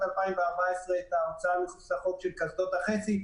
2014 את ההוצאה מחוץ לחוק של קסדות החצי.